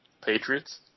Patriots